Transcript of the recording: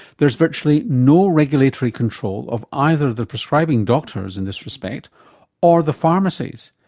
there is virtually no regulatory control of either the prescribing doctors in this respect or the pharmacies,